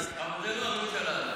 אבל זה לא בממשלה הזאת.